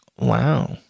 Wow